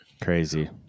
crazy